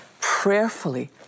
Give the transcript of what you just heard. prayerfully